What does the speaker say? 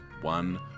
one